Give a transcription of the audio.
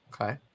Okay